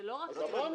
אבל זה חוק אחר.